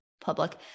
public